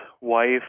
wife